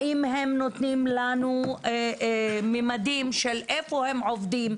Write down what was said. האם הם נותנים לנו ממדים של איפה הם עובדים,